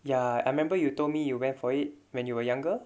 ya I remember you told me you went for it when you were younger